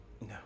no